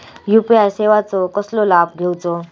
UPI सेवाचो कसो लाभ घेवचो?